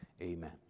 amen